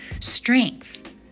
strength